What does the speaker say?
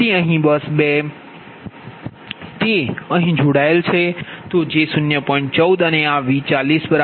તેથી અહીં બસ 2 તે અહીં જોડાયેલ છે